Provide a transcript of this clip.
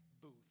booth